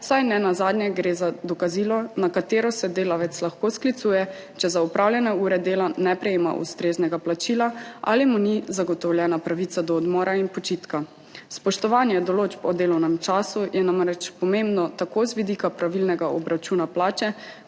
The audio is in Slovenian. saj nenazadnje gre za dokazilo, na katero se delavec lahko sklicuje, če za opravljene ure dela ne prejme ustreznega plačila ali mu ni zagotovljena pravica do odmora in počitka. Spoštovanje določb o delovnem času je namreč pomembno tako z vidika pravilnega obračuna plače